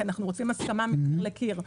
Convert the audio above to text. כי אנחנו רוצים הסכמה מקיר לקיר.